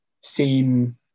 seen